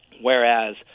Whereas